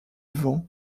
vent